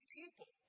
people